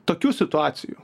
tokių situacijų